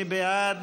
מי בעד?